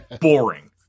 boring